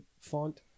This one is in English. font